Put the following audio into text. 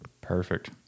Perfect